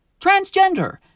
transgender